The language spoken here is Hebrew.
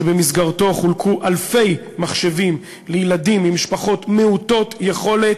שבמסגרתו חולקו אלפי מחשבים לילדים ממשפחות מעוטות יכולת,